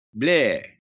bleh